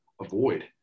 avoid